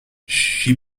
she